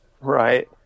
Right